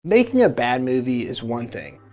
making a bad movie is one thing,